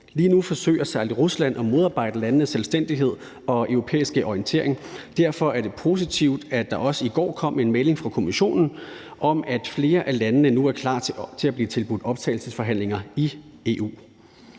Lige nu forsøger særlig Rusland at modarbejde landenes selvstændighed og europæiske orientering. Derfor er det også positivt, at der i går kom en melding fra Kommissionen om, at flere af landene nu er klar til at blive tilbudt optagelsesforhandlinger i EU.